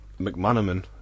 McManaman